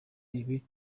ibi